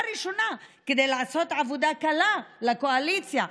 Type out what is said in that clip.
ראשונה כדי לעשות עבודה קלה לקואליציה,